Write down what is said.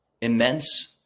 immense